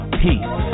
peace